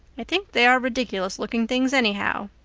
i think they are ridiculous-looking things anyhow.